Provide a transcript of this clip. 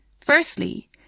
Firstly